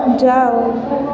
ଯାଅ